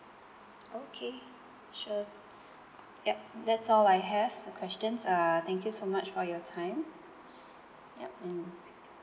okay sure yup that's all I have the questions err thank you so much for your time yup and